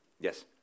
Yes